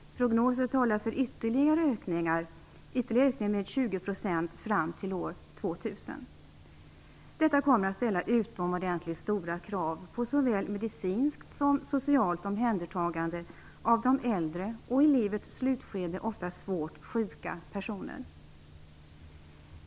Prognoser talar för ytterligare ökning med 20 % fram till år 2000. Detta kommer att ställa utomordentligt stora krav på såväl medicinskt som socialt omhändertagande av de äldre och i livets slutskede ofta svårt sjuka personer.